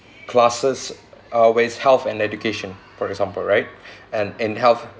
classes always help an education for example right and in help